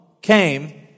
came